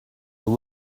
your